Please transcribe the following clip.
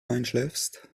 einschläfst